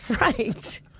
right